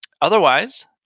Otherwise